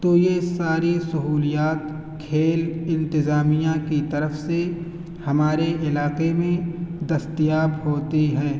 تو یہ ساری سہولیات کھیل انتظامیہ کی طرف سے ہمارے علاقے میں دستیاب ہوتی ہے